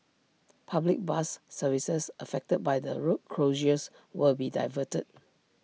public bus services affected by the road closures will be diverted